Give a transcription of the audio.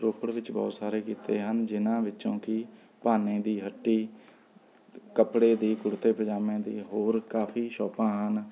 ਰੋਪੜ ਵਿੱਚ ਬਹੁਤ ਸਾਰੇ ਕਿੱਤੇ ਹਨ ਜਿਹਨਾਂ ਵਿੱਚੋਂ ਕਿ ਭਾਨੇ ਦੀ ਹੱਟੀ ਕੱਪੜੇ ਦੀ ਕੁੜਤੇ ਪਜਾਮੇ ਦੀ ਹੋਰ ਕਾਫ਼ੀ ਸ਼ੋਪਾਂ ਹਨ